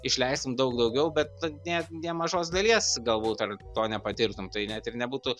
išleistum daug daugiau bet nu nė nė mažos dalies galbūt ar to nepatirtum tai net ir nebūtų